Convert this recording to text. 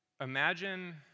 Imagine